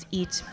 eat